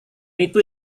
itu